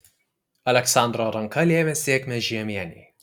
aleksandro ranka lėmė sėkmę žiemienei